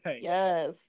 Yes